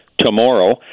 tomorrow